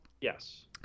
Yes